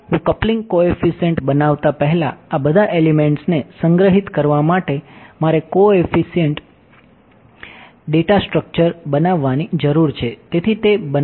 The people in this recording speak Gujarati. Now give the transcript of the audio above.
હું કપ્લિંગ કોએફિસિયંટ બનાવવાની જરૂર છે તેથી તે બનાવીએ છીએ